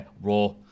Raw